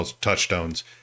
touchstones